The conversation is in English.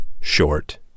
short